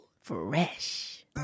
Fresh